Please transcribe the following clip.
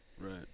Right